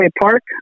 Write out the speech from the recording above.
Park